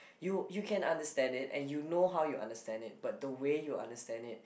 you you can understand it and you know how you understand it but the way you understand it